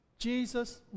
Jesus